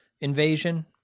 invasion